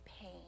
pain